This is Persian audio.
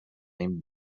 این